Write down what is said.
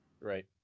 Right